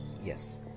yes